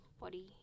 body